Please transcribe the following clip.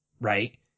right